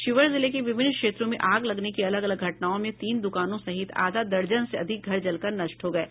शिवहर जिले के विभिन्न क्षेत्रों में आग लगने की अलग अलग घटनाओं में तीन दुकानों सहित आधा दर्जन से अधिक घर जलकर नष्ट हो गये